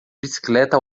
bicicleta